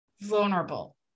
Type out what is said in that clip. vulnerable